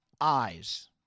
eyes